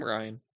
Ryan